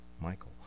michael